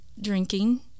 drinking